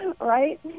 right